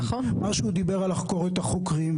מה שהוא דיבר על לחקור את החוקרים,